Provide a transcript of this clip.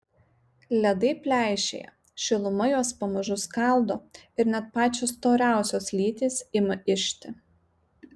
ledai pleišėja šiluma juos pamažu skaldo ir net pačios storiausios lytys ima ižti